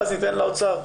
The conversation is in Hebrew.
ואז ניתן לאוצר.